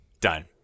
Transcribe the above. Done